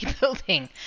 building